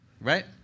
Right